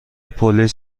پلیس